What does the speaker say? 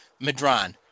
Madron